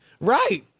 Right